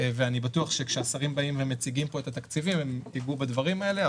ואני בטוח שכשהשרים באים ומציגים פה את התקציבים הם יגעו בדברים האלה.